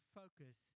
focus